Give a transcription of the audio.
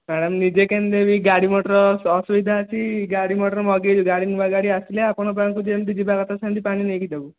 madam ନିଜେ କେମିତି ନେବି ଗାଡ଼ି ମଟର ଅସୁବିଧା ଅଛି ଗାଡି ମଟର ମଗେଇବି ଗାଡି ନୂଆ ଗାଡ଼ି ମଟର ଆସିଲେ ଆପଣଙ୍କ ପାଖକୁ ଯେମିତି ଯିବା କଥା ସେମିତି ପାଣି ନେଇକି ଦେବୁ